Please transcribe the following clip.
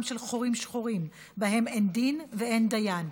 של חורים שחורים שבהם אין דין ואין דיין.